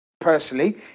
personally